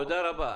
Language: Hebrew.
תודה רבה.